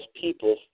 people